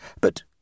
but